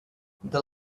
the